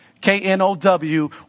K-N-O-W